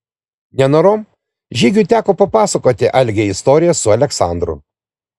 nenorom žygiui teko papasakoti algei istoriją su aleksandru